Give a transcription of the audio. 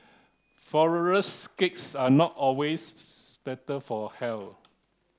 cakes are not always better for health